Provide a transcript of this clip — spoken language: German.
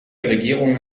regierungen